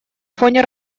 фоне